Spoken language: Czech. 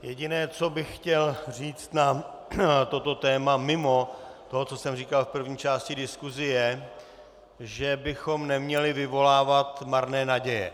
Jediné, co bych chtěl říct na toto téma mimo toho, co jsem říkal v první části diskuse, je, že bychom neměli vyvolávat marné naděje.